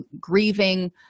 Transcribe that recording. grieving